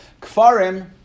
Kfarim